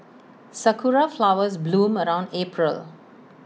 Sakura Flowers bloom around April